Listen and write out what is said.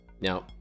Now